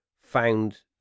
found